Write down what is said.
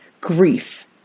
grief